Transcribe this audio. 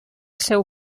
seu